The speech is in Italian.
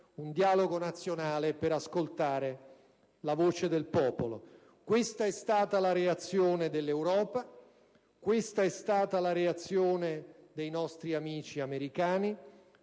un dialogo nazionale e per ascoltare la voce del popolo. Questa è stata la reazione dell'Europa, questa è stata la reazione dei nostri amici americani,